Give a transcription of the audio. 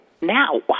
now